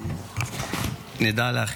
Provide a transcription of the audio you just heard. כל העקיצות, הכוונה לעודד.